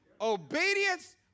Obedience